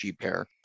pair